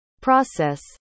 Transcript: process